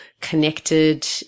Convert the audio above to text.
connected